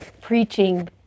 preaching